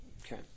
Okay